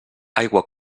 aigua